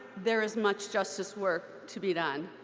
there is much justice work to be done.